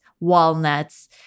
walnuts